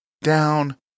down